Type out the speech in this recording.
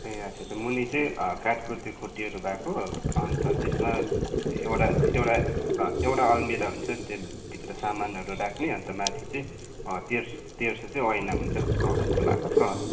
ए अच्छा छा मुनि चाहिँ काठको त्यो खुट्टीहरू भएको अन्त त्यसमा एउटा एउटा एउटा अलमिरा हुन्छ त्योभित्र सामानहरू राख्ने अन्त माथि चाहिँ तेर्स् तेर्सो चाहिँ ऐना हुन्छ हो त्यस्तो भएको छ